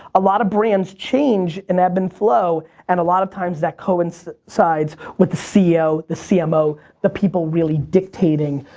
a lot of brands change, and ebb and flow, and a lot of times that coincides with the ceo, the cmo, the people really dictating